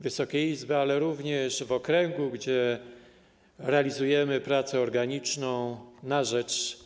Wysokiej Izby, ale również w okręgu, gdzie realizujemy pracę organiczną na rzecz